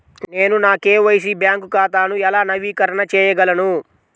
నేను నా KYC bank ఖాతాను ఎలా నవీకరణ చేయగలను?